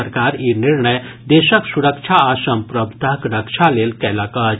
सरकार ई निर्णय देशक सुरक्षा आ संप्रभुताक रक्षा लेल कयलक अछि